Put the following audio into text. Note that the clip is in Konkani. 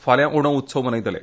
फाल्या ओणम उत्सव मनयतले